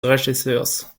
regisseurs